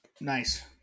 nice